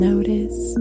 Notice